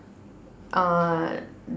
uh